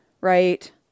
Right